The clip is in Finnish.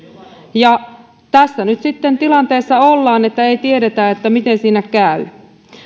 ja tässä nyt sitten ollaan tilanteessa että ei tiedetä miten siinä käy